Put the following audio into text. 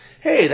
Hey